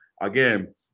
Again